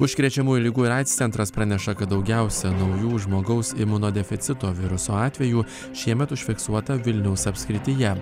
užkrečiamųjų ligų ir aids centras praneša kad daugiausia naujų žmogaus imunodeficito viruso atvejų šiemet užfiksuota vilniaus apskrityje